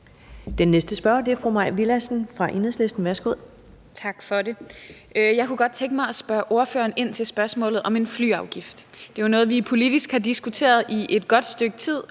Den næste spørger er fru Mai Villadsen. Værsgo. Kl. 11:08 Mai Villadsen (EL): Tak for det. Jeg kunne godt tænke mig at spørge ordføreren om spørgsmålet om en flyafgift. Det er jo noget, vi politisk har diskuteret i et godt stykke tid,